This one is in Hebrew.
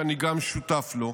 שאני גם שותף לו,